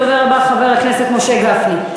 הדובר הבא, חבר הכנסת משה גפני.